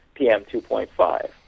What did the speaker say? PM2.5